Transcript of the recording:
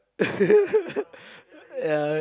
yeah